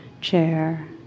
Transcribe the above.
chair